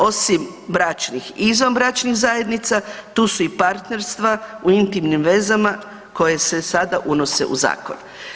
Osim bračnih i izvanbračnih zajednica tu su i partnerstva u intimnim vezama koje se sada unose u zakon.